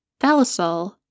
Thalassol